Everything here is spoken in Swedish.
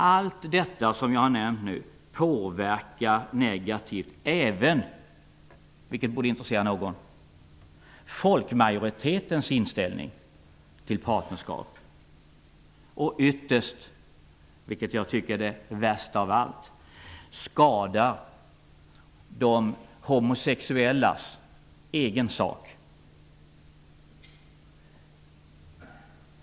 Allt det jag har nämnt nu påverkar även folkmajoritetens inställning till partnerskap negativt, vilket borde intressera någon. Ytterst, vilket jag tycker är det värsta av allt, skadas de homosexuellas egen sak.